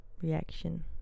reaction